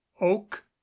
oak